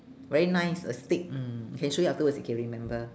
very nice a stick mm can show you afterwards you can remember